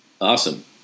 Awesome